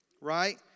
right